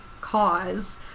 cause